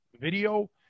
video